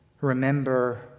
remember